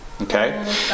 Okay